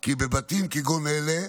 כי בבתים כגון אלה,